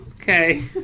Okay